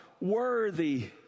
Worthy